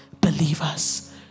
Believers